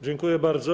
Dziękuję bardzo.